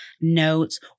notes